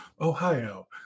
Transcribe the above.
Ohio